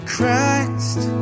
Christ